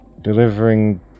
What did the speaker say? Delivering